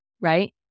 right